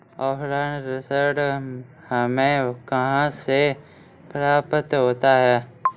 Offline ऋण हमें कहां से प्राप्त होता है?